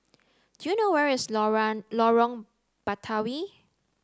do you know where is Lorong Lorong Batawi